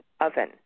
oven